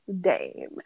dame